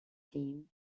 team